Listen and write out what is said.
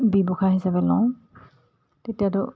ব্যৱসায় হিচাপে লওঁ তেতিয়াতো